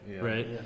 right